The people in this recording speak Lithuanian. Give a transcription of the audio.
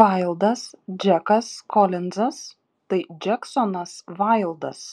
vaildas džekas kolinzas tai džeksonas vaildas